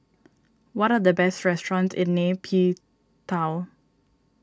what are the best restaurants in Nay Pyi Taw